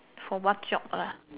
for what job lah